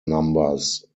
numbers